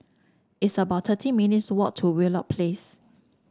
it's about thirty minutes' walk to Wheelock Place